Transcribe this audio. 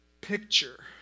picture